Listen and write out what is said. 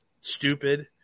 stupid